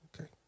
Okay